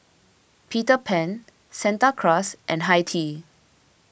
Peter Pan Santa Cruz and Hi Tea